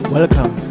Welcome